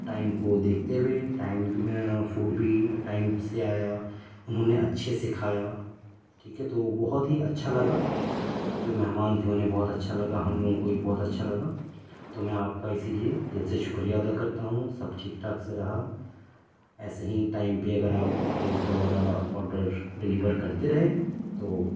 time کو دیکھتے ہوئے ٹائم فوڈ بھی ٹائم سے آیا انہوں نے اچھے سے کھایا ٹھیک ہے تو بہت ہی اچھا لگا جو مہمان تھے انہیں بہت اچھا لگا ہم لوگوں کو بھی بہت اچھا لگا تو میں آپ کا اسی لیے دل سے شکریہ ادا کرتا ہوں سب ٹھیک ٹھاک سے رہا ایسے ہی ٹائم پہ اگر آپ فوڈ وغیرہ آڈر ڈلیور کرتے رہے تو